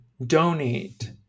Donate